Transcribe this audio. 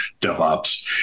DevOps